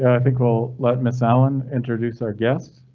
i think will let miss allen introduce our guests.